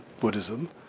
Buddhism